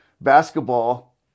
basketball